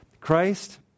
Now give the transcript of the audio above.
Christ